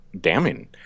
damning